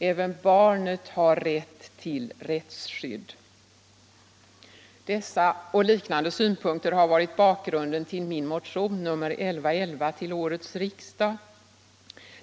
Även barnet har rätt till rättsskydd. Dessa och liknande synpunkter har varit bakgrunden till min motion nr 1111 till årets riksdag.